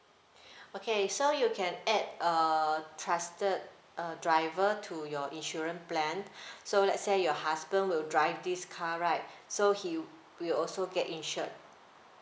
okay so you can add err trusted uh driver to your insurance plan so let's say your husband will drive this car right so he will also get insured